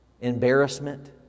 Embarrassment